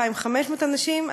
2,500 אנשים,